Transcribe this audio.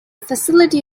facility